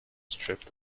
stripped